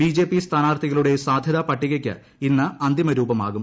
BJP സ്ഥാനാർത്ഥികളുടെ സാധ്യതാ പട്ടികയ്ക്ക് ഇന്ന് അന്തിമ രൂപമാകും